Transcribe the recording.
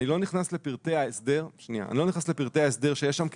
אני לא נכנס לפרטי ההסדר שיש שם כי